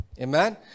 Amen